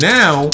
now